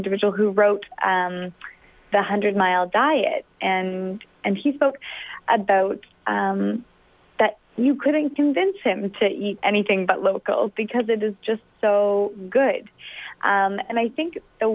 individual who wrote the hundred mile diet and and he spoke about that you couldn't convince him to eat anything but local because it is just so good and i think the